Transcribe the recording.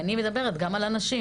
כי אני מדברת גם על נשים.